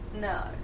No